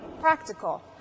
practical